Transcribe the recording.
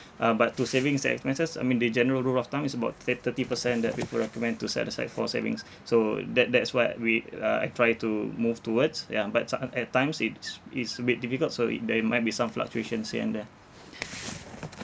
uh but to savings and expenses I mean the general rule of thumb is about thi~ thirty percent that people recommend to set aside for savings so that that's what we uh like try to move towards ya but so~ uh at times it's it's a bit difficult so it there might be some fluctuations here and there